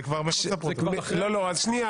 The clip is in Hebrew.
שנייה,